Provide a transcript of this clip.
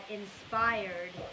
inspired